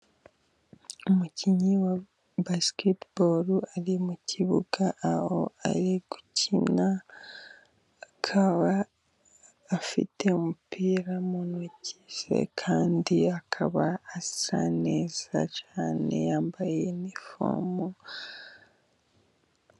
Umukinnyi wa basketiboro ari mu kibuga aho ari gukina, akaba afite umupira mu ntoki ze kandi akaba asa neza cyane yambaye inifomo.